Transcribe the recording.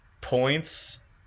Points